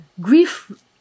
Grief